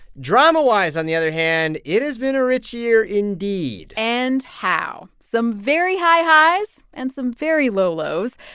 dramawise, on the other hand, it has been a rich year indeed and how some very high highs and some very low lows.